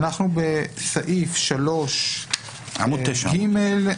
אנחנו בסעיף 3ג,